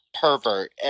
pervert